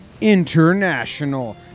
International